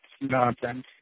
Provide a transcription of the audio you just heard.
nonsense